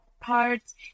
parts